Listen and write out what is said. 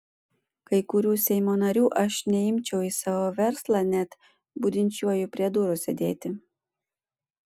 kai kurių seimo narių aš neimčiau į savo verslą net budinčiuoju prie durų sėdėti